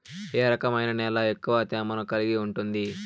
ఏ రకమైన నేల ఎక్కువ తేమను కలిగి ఉంటుంది?